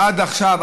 עד עכשיו,